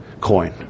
coin